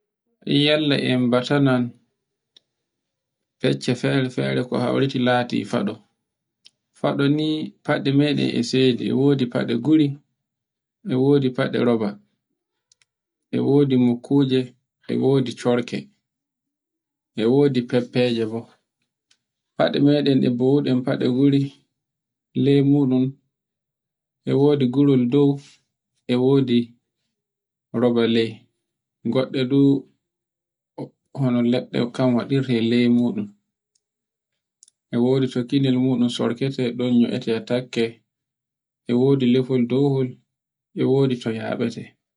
E yalle e batanan fecce fere-fere, ko hawri lati faɗo, faɗo ni faɗe meɗen e sede e wodi fade gure, e wodi faɗe roba, e wodi mukkuje, e wodi chorke, e wodi feffeje bo. Faɗe muɗum ɗe bowuɗen e wodi gurol muɗum e wodi roballe, goɗɗe fu hono leɗɗe kan waɗirte e ley muɗum e wodi tokkinde muɗum sokirte ɗun no'iite takke, ewodi lefol dongol e wodi to yaɓete.